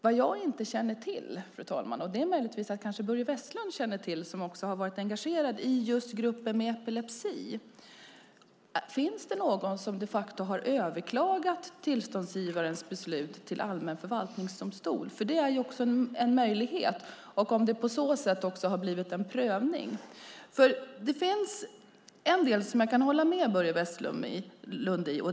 Vad jag inte känner till är, vilket kanske Börje Vestlund gör som har varit engagerad i gruppen med epilepsi: Finns det någon som de facto har överklagat tillståndsgivarens beslut till allmän förvaltningsdomstol? Det är en möjlighet. På så sätt kan det ha blivit en prövning. Det finns en del jag kan hålla med Börje Vestlund om.